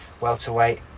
welterweight